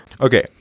Okay